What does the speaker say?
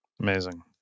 Amazing